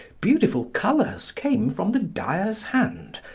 beautiful colours came from the dyer's hand,